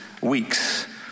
weeks